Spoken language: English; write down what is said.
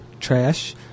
trash